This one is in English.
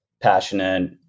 passionate